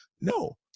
No